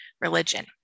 religion